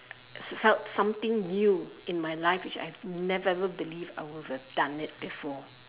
felt something new in my life which I never ever believed I would have done it before